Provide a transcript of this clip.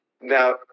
Now